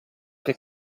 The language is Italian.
che